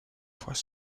fois